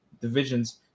divisions